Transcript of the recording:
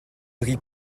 rient